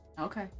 Okay